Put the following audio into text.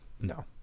no